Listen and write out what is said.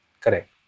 Correct